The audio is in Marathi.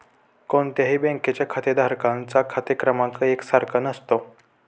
कोणत्याही बँकेच्या खातेधारकांचा खाते क्रमांक एक सारखा नसतो